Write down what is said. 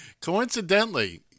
Coincidentally